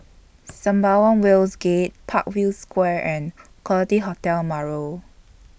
Sembawang Wharves Gate Parkview Square and Quality Hotel Marlow